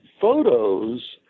photos